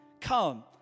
Come